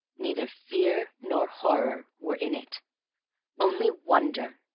neither fear nor horror were in it only wonder,